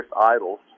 idols